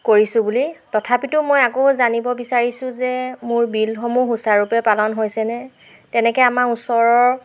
কৰিছোঁ বুলি তথাপিতো মই আকৌ জানিব বিচাৰিছোঁ যে মোৰ বিলসমূহ সুচাৰুৰূপে পালন হৈছেনে তেনেকৈ আমাৰ ওচৰৰ